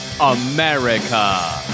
America